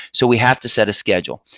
so we have to set a schedule.